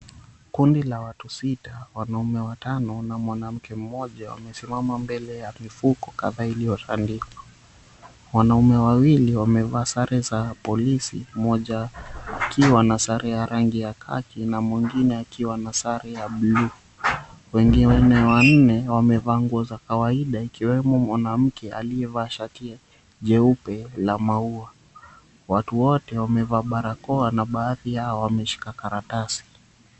Kundi la watu sita, wanaume watano na mwanamke mmoja wamesimama mbele ya mifuko kadhaa iliyotandikwa. Wanaume wawili wamevaa sare za polisi, mmoja akiwa na sare ya rangi ya khaki na mwingine akiwa na sare ya blue . Wengine wanne wamevaa nguo za kawaida ikiwemo mwanamke aliyevaa shati jeupe la maua. Watu wote wamevaa barakoa na baadhi yao wameshika karatasi.